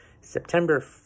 September